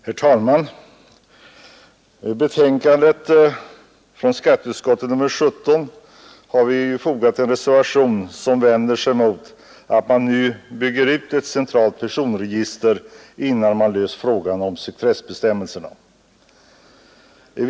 Herr talman! Till skatteutskottets betänkande nr 17 har vi fogat en reservation, som vänder sig mot att ett centralt personregister införes nu, innan frågan om sekretessbestämmelserna lösts.